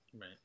Right